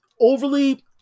Overly